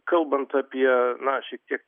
kalbant apie na šiek tiek